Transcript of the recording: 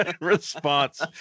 response